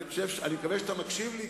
אני מקווה שאתה מקשיב לי.